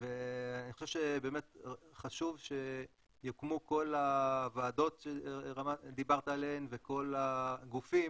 ואני חושב שחשוב שיוקמו כל הוועדות שדיברת עליהן וכל הגופים